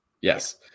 yes